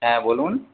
হ্যাঁ বলুন